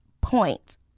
point